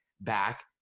back